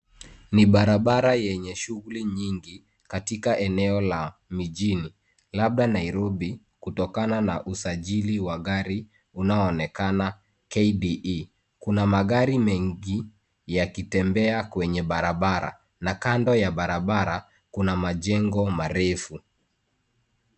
Ni barabara yenye shughuli nyingi katika eneo la mijini labda Nairobi kutokana na usajili wa gari unaoonekana KDE .Kuna magari mengi yakitembea kwenye barabara na kando ya barabara kuna majengo marefu.